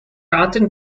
ratten